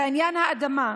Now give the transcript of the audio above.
בעניין האדמה,